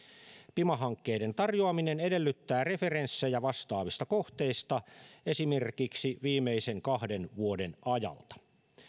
pima hankkeiden tarjoaminen edellyttää referenssejä vastaavista kohteista esimerkiksi viimeisen kahden vuoden ajalta